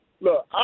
Look